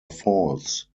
falls